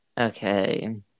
Okay